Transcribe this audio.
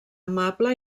amable